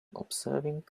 observing